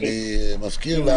אזכיר לך